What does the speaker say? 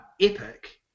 epic